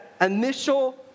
initial